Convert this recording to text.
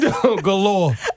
Galore